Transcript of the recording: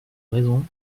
raison